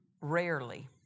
rarely